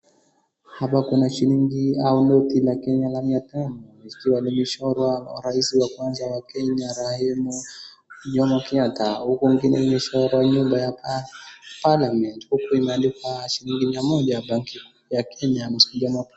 Hapa kuna shilingia au noti la Kenya la mia tano likiwa limechorwa rais wa kwanza wa Kenya marehemu Jomo Kenyatta huku kwingine imechorwa nyumba ya parliament huku imeandikwa shilingi mia moja banki kuu ya Kenya.